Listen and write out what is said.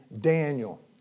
Daniel